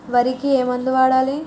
వరికి ఏ మందు వాడాలి?